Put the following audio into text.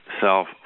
self